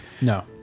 No